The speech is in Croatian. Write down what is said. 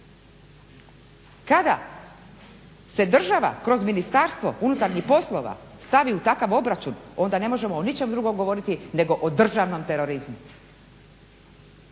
Kada se država kroz MUP stavi u takav obračun onda ne možemo o ničem drugom govoriti nego o državnom terorizmu.